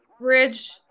bridge